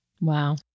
Wow